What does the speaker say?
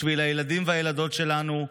בשביל הילדים והילדות שלנו,